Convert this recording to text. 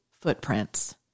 footprints